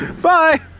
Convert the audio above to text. Bye